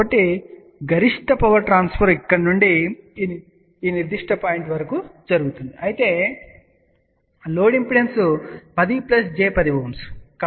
కాబట్టి గరిష్ట power transfer ఇక్కడ నుండి ఈ నిర్దిష్ట పాయింట్ వరకు జరుగుతుంది అయితే లోడ్ ఇంపిడెన్స్ 10 j 10Ω